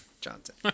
Johnson